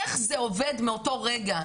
איך זה עובד מאותו רגע?